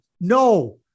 No